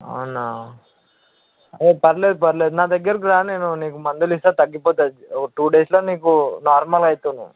అవునా అదే పర్లేదు పర్లేదు నా దగ్గరికి రా నేను నీకు మందులిస్తాను తగ్గిపోతుంది ఓ టూ డేస్లో నీకు నార్మల్ అవుతావు నువ్వు